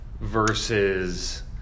versus